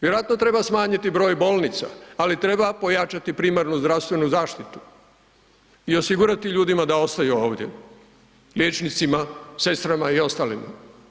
Vjerojatno treba smanjiti broj bolnica, ali treba pojačati primarnu zdravstvenu zaštitu i osigurati ljudima da ostaju ovdje, liječnicima, sestrama i ostalima.